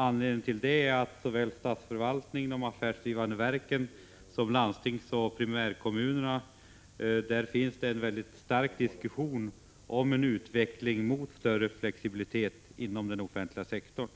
Skälet till det är att det såväl inom statsförvaltningen, de affärsdrivande verken som inom landstingsoch primärkommunerna förs en mycket ingående diskussion om en utveckling mot större flexibilitet inom den offentliga sektorn.